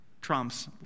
trumps